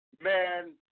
man